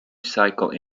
cycle